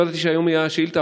לא ידעתי שהיום תהיה השאילתה,